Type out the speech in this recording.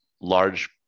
large